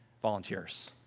volunteers